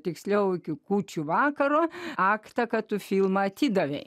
tiksliau iki kūčių vakaro aktą kad filmą atidavei